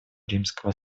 римского